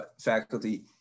faculty